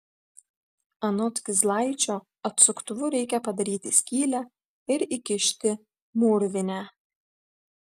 anot kizlaičio atsuktuvu reikia padaryti skylę ir įkišti mūrvinę